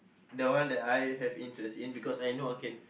the one that I have interest in because I know I can